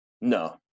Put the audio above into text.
No